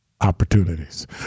opportunities